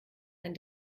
ein